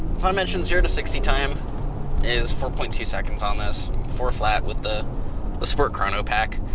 so i mentioned zero to sixty time is four point two seconds on this. four flat with the the sport chrono pack.